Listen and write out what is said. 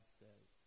says